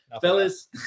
Fellas